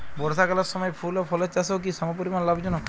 বর্ষাকালের সময় ফুল ও ফলের চাষও কি সমপরিমাণ লাভজনক?